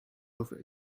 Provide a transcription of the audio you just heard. over